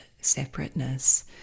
separateness